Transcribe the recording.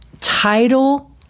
title